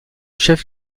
chef